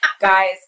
guys